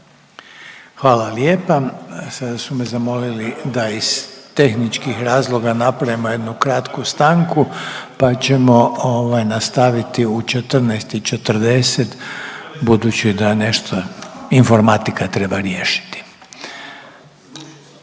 Hvala lijepa. Sada su me zamolili da iz tehničkih razloga napravimo jednu kratku stanku, pa ćemo ovaj nastaviti u 14 i 40 budući da nešto informatika treba riješiti.